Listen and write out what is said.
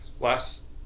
last